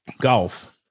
golf